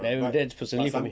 then that personally for me